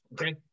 Okay